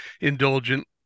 indulgent